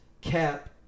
Cap